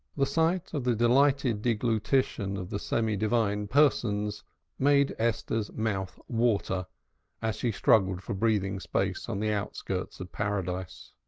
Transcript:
the sight of the delighted deglutition of the semi-divine persons made esther's mouth water as she struggled for breathing space on the outskirts of paradise.